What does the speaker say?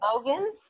Logan